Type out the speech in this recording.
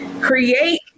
Create